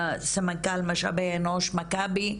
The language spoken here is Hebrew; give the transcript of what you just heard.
סמנכ"ל משאבי אנוש מכבי,